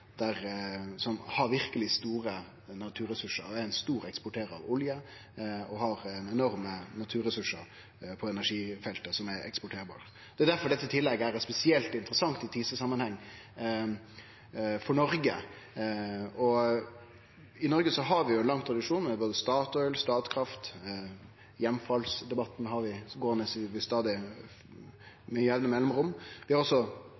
som har verkeleg store naturressursar. Vi er ein stor eksportør av olje og har enorme naturressursar på energifeltet som er eksporterbare. Difor er dette tillegget spesielt interessant i TISA-samanheng for Noreg. I Noreg har vi ein lang tradisjon, med Statoil, Statkraft, og heimfallsdebatten har vi gåande med jamne mellomrom. Vi har også